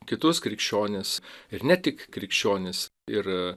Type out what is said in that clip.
kitus krikščionis ir ne tik krikščionis ir